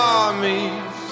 armies